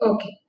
Okay